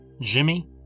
Jimmy